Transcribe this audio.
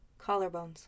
Collarbones